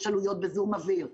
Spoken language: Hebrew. יש עלויות בזיהום אוויר.